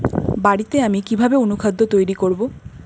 বাড়িতে আমি কিভাবে অনুখাদ্য তৈরি করব?